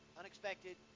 unexpected